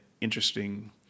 interesting